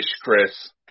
Chris